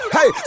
Hey